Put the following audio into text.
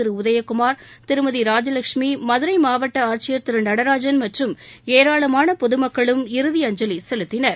திரு உதயகுமார் திருமதி ராஜவட்சுமி மதுரை மாவட்ட ஆட்சியர் திரு நடராஜன் மற்றும் ஏராளமான பொதுமக்களும் இறுதியஞ்சலி செலுத்தினர்